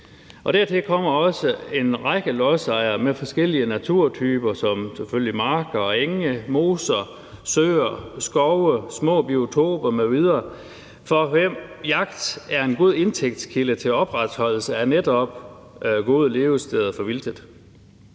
Dertil kommer også en række lodsejere med forskellige naturtyper som selvfølgelig marker og enge, moser, søer, skove, små biotoper m.v., for hvem jagt er en god indtægtskilde til opretholdelse af netop gode levesteder for vildtet.